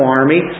army